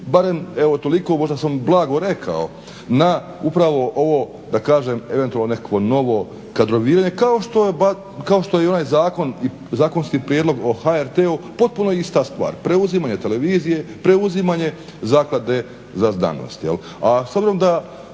barem evo toliko, možda sam blago rekao na upravo ovo da kažem eventualno nekakvo novo kadroviranje kao što je i onaj zakonski prijedlog o HRT-u potpuno ista stvar preuzimanje televizije, preuzimanje Zaklade za znanost.